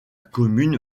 commune